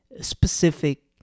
specific